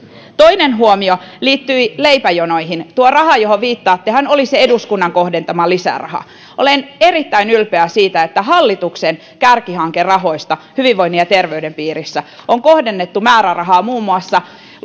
toinen huomio liittyi leipäjonoihin tuo raha johon viittaatte oli se eduskunnan kohdentama lisäraha olen erittäin ylpeä siitä että hallituksen kärkihankerahoista hyvinvoinnin ja terveyden piirissä on kohdennettu määrärahaa muun muassa